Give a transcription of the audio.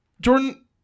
Jordan